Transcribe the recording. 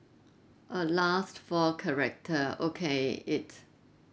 uh last four character okay it's